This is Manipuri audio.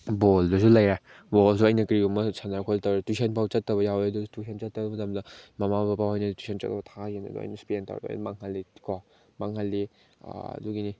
ꯕꯣꯜꯗꯁꯨ ꯂꯩꯔꯦ ꯕꯣꯜꯁꯨ ꯑꯩꯅ ꯀꯔꯤꯒꯨꯝꯕ ꯁꯥꯟꯅꯈꯣꯠꯇꯅ ꯇꯧꯔꯦ ꯇ꯭ꯌꯨꯁꯟ ꯐꯥꯎ ꯆꯠꯇꯕ ꯌꯥꯎꯏ ꯑꯗꯨꯒꯤ ꯇ꯭ꯌꯨꯁꯟ ꯆꯠꯇꯕ ꯃꯇꯝꯗ ꯃꯃꯥ ꯕꯕꯥ ꯍꯣꯏꯅ ꯇ꯭ꯌꯨꯁꯟ ꯆꯠꯂꯣ ꯊꯥꯒꯤꯕꯅꯦ ꯑꯗꯨꯃꯥꯏꯅ ꯏꯁꯄꯦꯟ ꯇꯧꯔ ꯃꯥꯡꯍꯜꯂꯤ ꯀꯣ ꯃꯥꯡꯍꯜꯂꯤ ꯑꯗꯨꯒꯤꯅꯤ